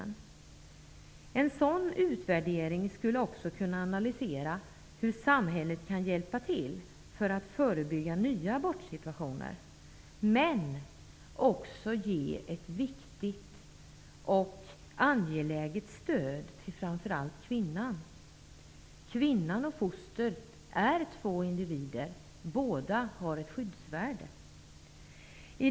I en sådan utvärdering skulle också kunna analyseras hur samhället kan hjälpa till för att förebygga nya abortsituationer men också ge ett viktigt och angeläget stöd till framför allt kvinnan. Kvinnan och fostret är två individer, och båda har ett skyddsvärde.